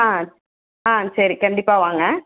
ஆ ஆ சரி கண்டிப்பாக வாங்க